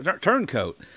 turncoat